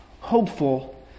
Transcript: hopeful